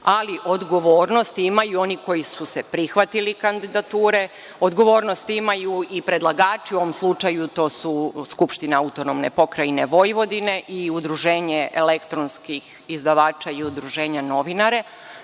Ali, odgovornost imaju i oni koji su se prihvatili kandidature, odgovornost imaju i predlagači, u ovom slučaju to su Skupština AP Vojvodine i Udruženje elektronskih izdavača i Udruženje novinara.